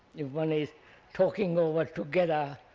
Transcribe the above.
if one is talking over together,